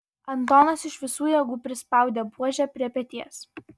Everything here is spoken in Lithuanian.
antonas iš visų jėgų prispaudė buožę prie peties